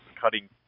cutting